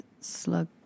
slug